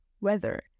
weather